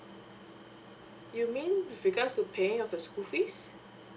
you mean with regards to paying of the school fees